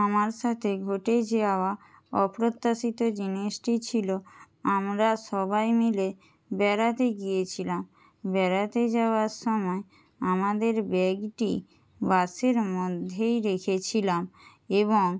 আমার সাথে ঘটে যাওয়া অপ্রত্যাশিত জিনিসটি ছিল আমরা সবাই মিলে বেড়াতে গিয়েছিলাম বেড়াতে যাওয়ার সময় আমাদের ব্যাগটি বাসের মধ্যেই রেখেছিলাম এবং